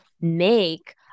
make